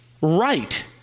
right